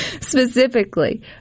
specifically